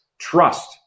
trust